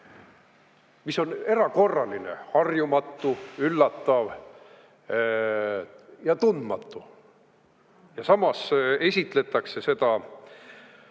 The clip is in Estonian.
mis on erakorraline, harjumatu, üllatav ja tundmatu. Samas esitletakse seda